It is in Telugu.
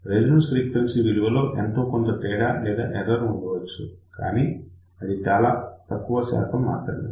రెసొనెన్స్ ఫ్రీక్వెన్సీ విలువలో ఎంతో కొంత తేడా లేదా ఎర్రర్ ఉండవచ్చు కానీ అది చాలా తక్కువ శాతం మాత్రమే